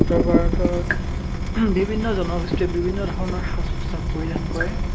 উত্তৰ ভাৰতৰ বিভিন্ন জনগোষ্ঠীৰ বিভিন্ন ধৰণৰ সাজ পোচাক পৰিধান কৰে